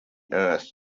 earth